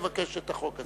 מבקש את החוק הזה?